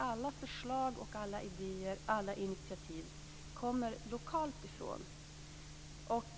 Alla förslag, alla idéer och alla initiativ kommer nämligen från det lokala hållet.